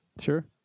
Sure